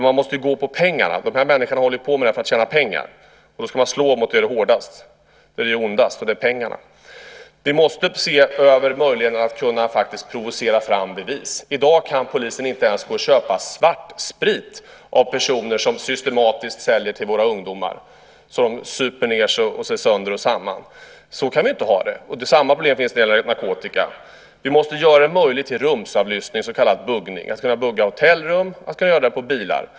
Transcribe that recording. Man måste ju gå på pengarna. De här människorna håller på med det här för att tjäna pengar. Då ska man slå hårdast där det gör ondast - och det är när det gäller pengarna. Vi måste se över möjligheten att faktiskt provocera fram bevis. I dag kan polisen inte ens gå och köpa svartsprit av personer som systematiskt säljer till våra ungdomar som super sig sönder och samman. Så kan vi inte ha det. Samma problem finns när det gäller narkotika. Vi måste göra det möjligt med rumsavlyssning, så kallad buggning. Man ska kunna bugga hotellrum. Man ska kunna göra det här på bilar.